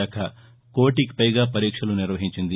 శాఖ కోటికి పైగా పరీక్షలు నిర్వహించింది